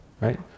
Right